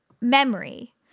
memory